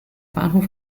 bahnhof